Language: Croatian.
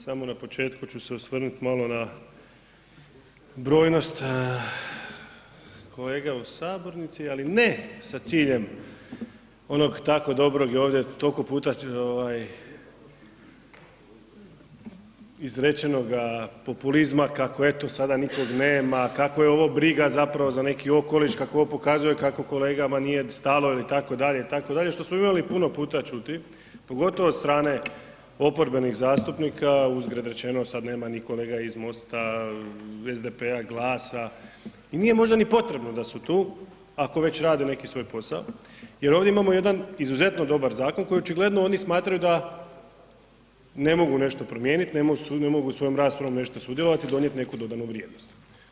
Samo na početku ću se osvrnut malo na brojnost kolega u sabornici, ali ne sa ciljem onog tako dobro i ovdje toliko puta izrečenoga populizma, kako eto sada nikog nema, kako je ovo briga zapravo za neki okoliš, kako ovo pokazuje kako kolegama nije stalo itd., itd. što smo imali puno puta čuli, pogotovo od strane oporbenih zastupnika, uzgred rečeno sada nema ni kolega iz MOST-a, SDP-a, GLAS-a i nije možda ni potrebno da su tu ako već rade neki svoj posao jer ovdje imamo jedan izuzetno dobar zakon koji očigledno oni smatraju da ne mogu nešto promijeniti, ne mogu svojom raspravom nešto sudjelovati i donijeti neku dodanu vrijednost.